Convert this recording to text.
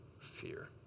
fear